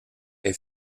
est